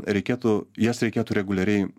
reikėtų jas reikėtų reguliariai